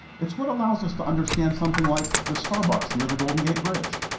it's what allows us to understand something like the starbucks near the golden gate bridge.